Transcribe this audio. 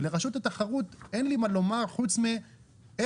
ולרשות התחרות אין לי מה לומר חוץ מלמה